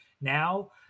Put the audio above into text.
now